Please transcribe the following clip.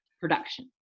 production